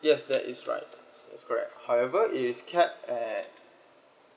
yes that is right it's correct however it is cap at